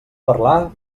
parlar